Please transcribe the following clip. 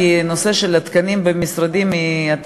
כי הנושא של התקנים במשרדים הוא,